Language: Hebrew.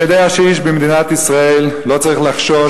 אני יודע שאיש במדינת ישראל לא צריך לחשוש